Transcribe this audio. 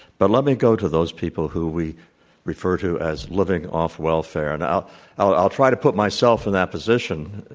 but let me go to those people who we refer to as living off welfare, and i'll i'll try to put myself in that position.